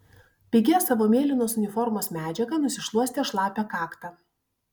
pigia savo mėlynos uniformos medžiaga nusišluostė šlapią kaktą